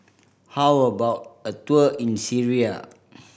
how about a tour in Syria